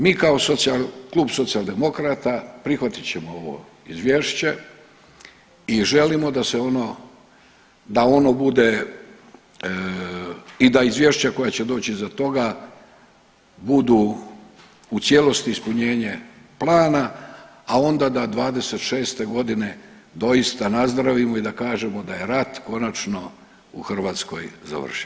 Mi kao Klub Socijaldemokrata prihvatit ćemo ovo izvješće i želimo da se ono, da ono bude i da izvješća koja će doć iza toga budu u cijelosti ispunjenje plana, a onda da '26.g. doista nazdravimo i da kažemo da je rat konačno u Hrvatskoj završio.